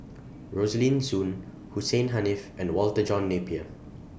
Rosaline Soon Hussein Haniff and Walter John Napier